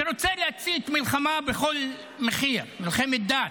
שרוצה להצית מלחמה בכל מחיר, מלחמת דת.